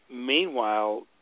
meanwhile